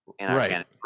Right